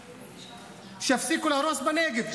שיפסיקו להרוס בנגב,